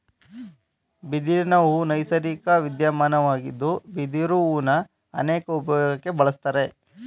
ಬಿದಿರಿನಹೂ ನೈಸರ್ಗಿಕ ವಿದ್ಯಮಾನವಾಗಿದ್ದು ಬಿದಿರು ಹೂನ ಅನೇಕ ಉಪ್ಯೋಗಕ್ಕೆ ಬಳುಸ್ತಾರೆ